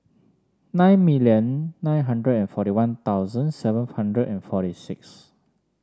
nine million nine hundred and forty One Thousand seven hundred and forty six